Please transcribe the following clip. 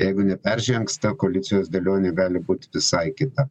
jeigu neperžengs ta koalicijos dėlionė gali būt visai kita